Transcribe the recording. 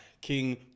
King